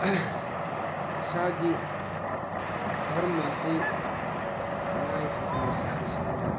ꯏꯁꯥꯒꯤ ꯙꯔꯃꯁꯤ ꯇꯉꯥꯏꯐꯗꯅ ꯏꯁꯥ ꯏꯁꯥꯅ